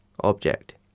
object